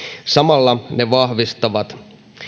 samalla ne vahvistavat